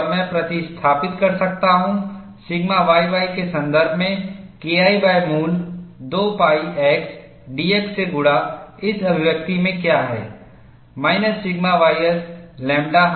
और मैं प्रतिस्थापित कर सकता हूं सिग्मा yy के संदर्भ में KI मूल 2 pi x dx से गुणा इस अभिव्यक्ति में क्या है माइनस सिग्मा ys लैम्ब्डा